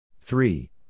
three